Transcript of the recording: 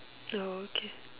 okay